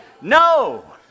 no